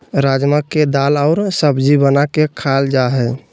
राजमा के दाल और सब्जी बना के खाल जा हइ